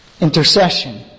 intercession